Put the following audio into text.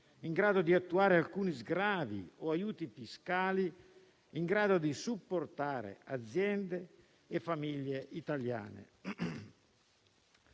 in grado di attuare alcuni sgravi o aiuti fiscali, in grado di supportare aziende e famiglie italiane.